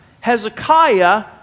Hezekiah